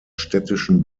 städtischen